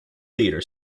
theater